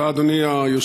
תודה, אדוני היושב-ראש.